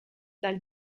dal